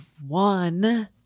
one